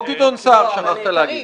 גדעון סער, שכחת להגיד.